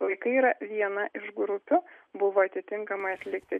vaikai yra viena iš grupių buvo atitinkamai atlikti